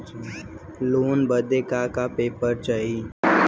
Loan लेवे बदे का का पेपर चाही?